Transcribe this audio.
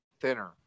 thinner